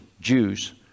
Jews